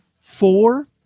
Four